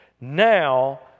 Now